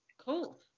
Cool